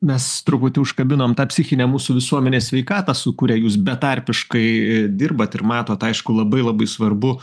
mes truputį užkabinom tą psichinę mūsų visuomenės sveikatą su kuria jūs betarpiškai dirbat ir matot aišku labai labai svarbu